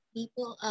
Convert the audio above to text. People